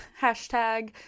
hashtag